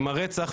עם הרצח,